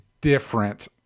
different